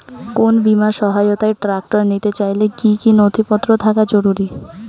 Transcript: কোন বিমার সহায়তায় ট্রাক্টর নিতে চাইলে কী কী নথিপত্র থাকা জরুরি?